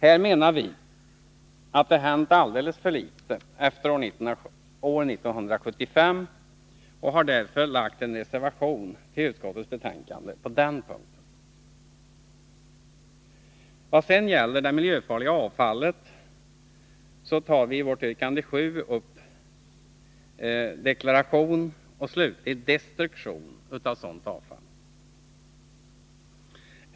Här menar vi att det hänt alldeles för litet efter år 1975, och vi har därför fogat en reservation till utskottsbetänkandet på den punkten. Vad sedan gäller det miljöfarliga avfallet, tar vi i vårt yrkande 7 upp deklaration och slutlig destruktion av sådant avfall.